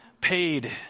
paid